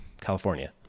California